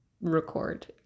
record